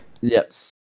Yes